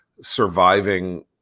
surviving